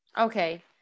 Okay